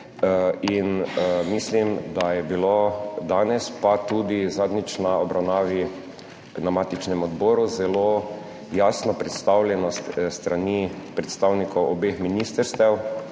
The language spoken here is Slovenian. in mislim, da je bilo danes, pa tudi zadnjič na obravnavi na matičnem odboru zelo jasno predstavljeno s strani predstavnikov obeh ministrstev,